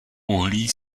uhlí